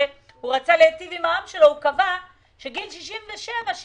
שרצה להיטיב עם העם שלו, הוא קבע שגיל 65 הוא